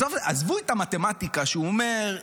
עזבו את המתמטיקה שהוא אומר: